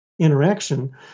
interaction